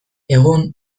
egun